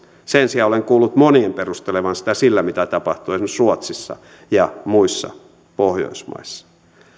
sen sijaan olen kuullut monien perustelevan sitä sillä mitä tapahtuu esimerkiksi ruotsissa ja muissa pohjoismaissa